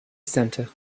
centre